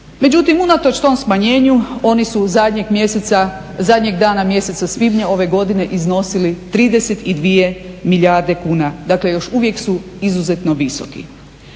međutim unatoč tom smanjenju oni su zadnjeg mjeseca, zadnjeg dana mjeseca svibnja ove godine iznosili 32 milijarde kuna. Dakle, još uvijek su izuzetno visoki.